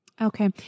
Okay